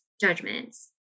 judgments